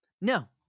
No